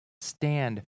stand